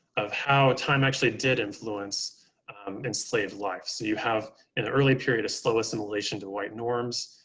of how time actually did influence enslaved life. so you have an early period of slow assimilation to white norms,